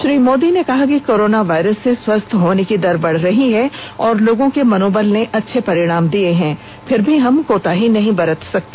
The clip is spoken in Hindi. श्री मोदी ने कहा कि कोराना वायरस से स्वस्थ होने की दर बढ़ रही है और लोगों के मनोबल ने अच्छे परिणाम दिए हैं फिर भी हम कोताही नहीं बरत सकते